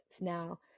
Now